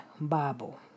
Bible